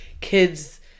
kids